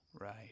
right